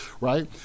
right